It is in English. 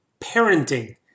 parenting